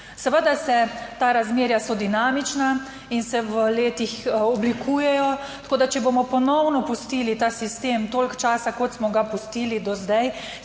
Seveda se ta razmerja so dinamična in se v letih oblikujejo, tako da če bomo ponovno pustili ta sistem toliko časa, kot smo ga pustili do zdaj,